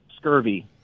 scurvy